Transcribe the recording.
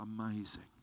amazing